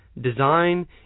design